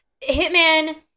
hitman